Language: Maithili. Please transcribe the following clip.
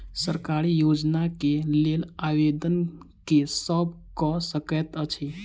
सरकारी योजना केँ लेल आवेदन केँ सब कऽ सकैत अछि?